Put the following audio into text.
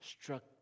Struck